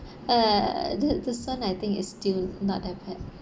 uh the this one I think is still not that bad